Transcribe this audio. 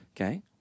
okay